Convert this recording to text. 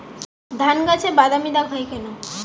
ধানগাছে বাদামী দাগ হয় কেন?